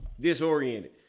Disoriented